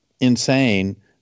insane